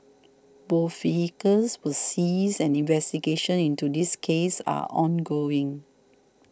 both vehicles were seized and investigations into this case are ongoing